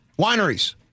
wineries